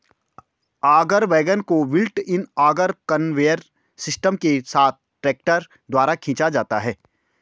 auger wagon को built in auger conveyor system के साथ ट्रैक्टर द्वारा खींचा जाता है